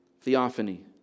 Theophany